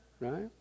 right